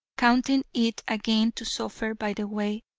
counting it a gain to suffer by the way,